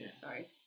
sorry